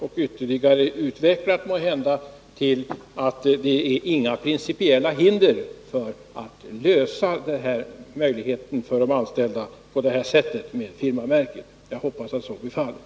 Detta besked kanske kan utvecklas ytterligare till att det inte råder några principiella hinder mot att lösa problemet för de anställda på detta sätt med firmamärken. Jag hoppas att så blir fallet.